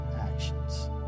actions